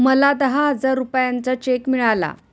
मला दहा हजार रुपयांचा चेक मिळाला